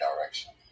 direction